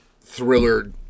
thriller